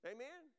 Amen